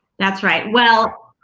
that's right. well,